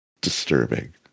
disturbing